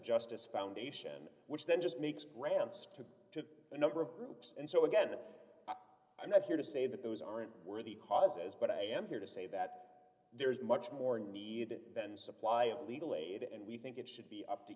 justice foundation which then just makes grants to to a number of groups and so again i'm not here to say that those aren't worthy causes but i am here to say that there is much more need than supply of legal aid and we think it should be up to